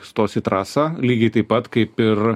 stos į trasą lygiai taip pat kaip ir